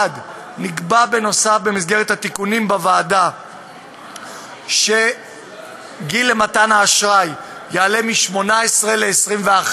1. נקבע במסגרת התיקונים בוועדה שגיל למתן האשראי יעלה מ-18 ל-21,